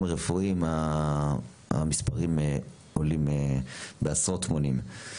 הרפואיים המספרים עולים בעשרות מונים.